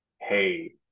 hey